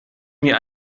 mir